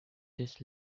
this